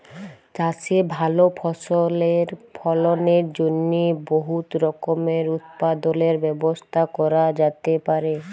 চাষে ভাল ফসলের ফলনের জ্যনহে বহুত রকমের উৎপাদলের ব্যবস্থা ক্যরা যাতে পারে